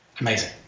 Amazing